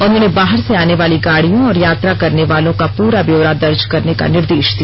उन्होंने बाहर से आने वाली गाड़ियों और यात्रा करने वालों का पूरा ब्यौरा दर्ज करने का निर्दे ा दिया